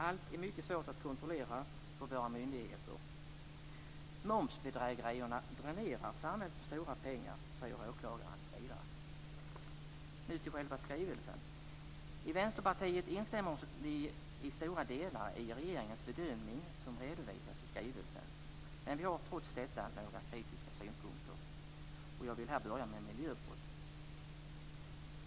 Allt är mycket svårt att kontrollera för våra myndigheter. Momsbedrägerierna dränerar samhället på stora pengar, säger åklagaren vidare. Nu till skrivelsen. Vänsterpartiet instämmer i stora delar i regeringens bedömning, som redovisas i skrivelsen. Vi har trots detta några kritiska synpunkter.